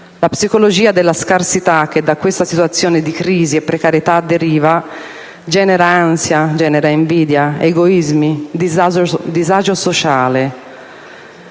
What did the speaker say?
La psicologia della scarsità, che da questa situazione di crisi e precarietà deriva, genera ansia, invidia, egoismi e disagio sociale.